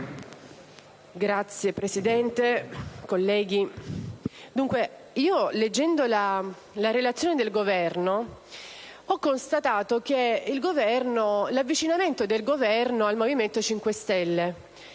Signor Presidente, colleghi leggendo la Relazione del Governo ho constatato l'avvicinamento del Governo al Movimento 5 Stelle.